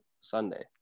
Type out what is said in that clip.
Sunday